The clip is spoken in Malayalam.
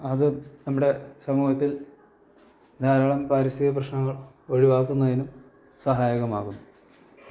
അത് നമ്മുടെ സമൂഹത്തിൽ ധാരാളം പാരിസ്ഥിതിക പ്രശ്നങ്ങൾ ഒഴിവാക്കുന്നതിനും സഹായകമാകുന്നു